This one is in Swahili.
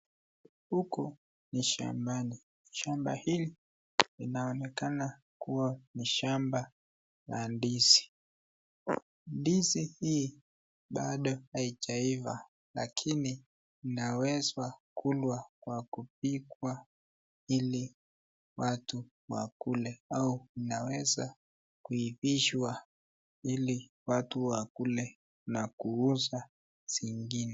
Huku ni shambani, na shamba hili linaonekana kua ni shamba la ndizi. Ndizi hii bado haijaiva lakini inaweza kulwa na kupikwa ili watu wakule au unaweza kuivishwa ili watu wakule na kuuza zingine .